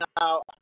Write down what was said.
now